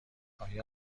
آیا